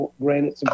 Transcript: granted